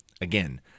Again